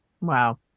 Wow